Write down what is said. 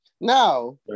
Now